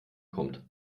kommt